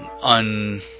un